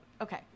Okay